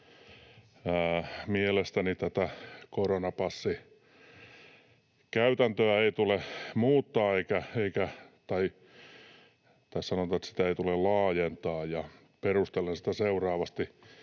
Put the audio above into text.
mielestäni tätä koronapassikäytäntöä ei tule muuttaa, tai sanotaan, että sitä ei tule laajentaa, ja perustelen sitä seuraavasti: